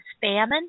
famine